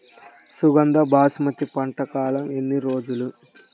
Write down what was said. సుగంధ బాసుమతి పంట కాలం ఎన్ని రోజులు?